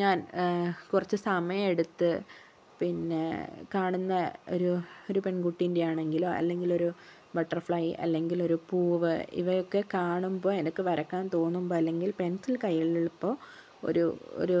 ഞാൻ കുറച്ച് സമയം എടുത്ത് പിന്നെ കാണുന്ന ഒരു പെൺകുട്ടിൻ്റെ ആണെങ്കിലോ അല്ലെങ്കിൽ ഒരു ബട്ടർഫ്ളൈ അല്ലെങ്കിൽ ഒരു പൂവ് ഇവയൊക്കെ കാണുമ്പോൾ എനക്ക് വരയ്ക്കാൻ തോന്നുമ്പോൾ എങ്കിൽ പെൻസിൽ കയ്യിൽ ഉള്ളപ്പോൾ ഒരു ഒരു